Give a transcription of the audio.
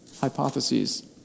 hypotheses